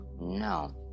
No